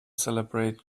celebrate